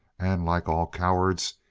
and like all cowards,